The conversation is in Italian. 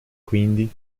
quindi